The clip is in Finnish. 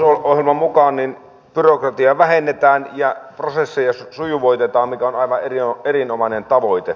hallitusohjelman mukaan byrokratiaa vähennetään ja prosesseja sujuvoitetaan mikä on aivan erinomainen tavoite